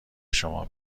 شما